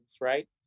right